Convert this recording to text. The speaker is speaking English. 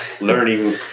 learning